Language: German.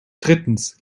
drittens